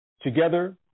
Together